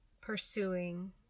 pursuing